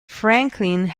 franklin